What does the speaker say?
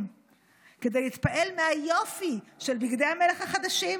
כדי להתפעל מהיופי של בגדי המלך החדשים.